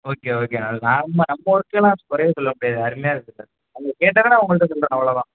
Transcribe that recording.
okay ஓகேண்ணா அது நம்ம நம்ம ஒர்க்கெல்லாம் குறையே சொல்ல முடியாது அருமையாக இருக்குது சார் அவங்க கேட்டதை நான் உங்கள்கிட்ட சொல்கிறேன் அவ்வளோ தான்